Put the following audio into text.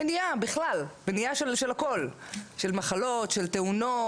מניעה בכלל, מניעה של הכל, של מחלות, של תאונות.